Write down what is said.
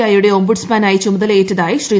ഐയുടെ ഓബുഡ്മാനായി ചുമതലയേറ്റതായി ശ്രീ